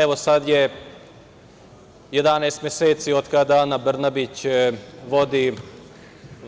Evo, sada je 11 meseci od kada Ana Brnabić vodi